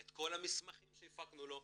את כל המסמכים שהפקנו לו,